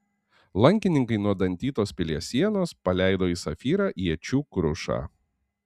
lankininkai nuo dantytos pilies sienos paleido į safyrą iečių krušą